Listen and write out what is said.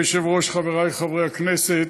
אדוני היושב-ראש, חברי חברי הכנסת,